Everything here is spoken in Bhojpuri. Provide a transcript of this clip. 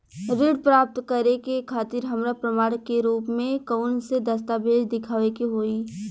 ऋण प्राप्त करे के खातिर हमरा प्रमाण के रूप में कउन से दस्तावेज़ दिखावे के होइ?